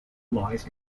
lies